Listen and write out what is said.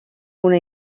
una